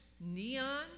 neon